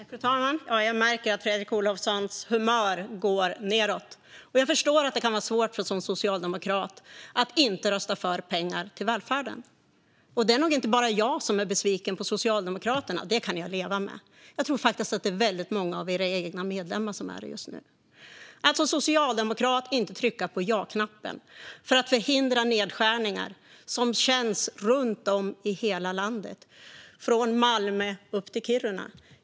Fru talman! Jag märker att Fredrik Olovssons humör går nedåt. Jag förstår att det kan vara svårt att som socialdemokrat inte rösta för pengar till välfärden. Det är nog inte bara jag som är besviken på Socialdemokraterna - det kan jag leva med. Jag tror faktiskt att väldigt många av era egna medlemmar också är det just nu, när ni som socialdemokrater inte trycker på ja-knappen för att förhindra nedskärningar som känns runt om i hela landet, från Malmö upp till Kiruna.